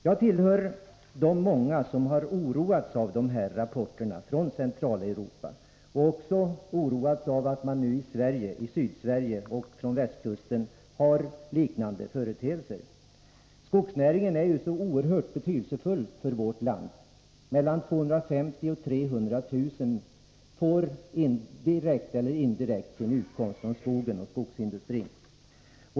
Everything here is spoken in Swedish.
Jag tillhör de många som oroats av rapporterna från Centraleuropa och av att det nu i Sydsverige och på västkusten finns liknande företeelser. Skogsnäringen är ju så oerhört betydelsefull för vårt land. Mellan 250 000 och 300 000 personer får direkt eller indirekt sin utkomst från skogen och skogsindustrin.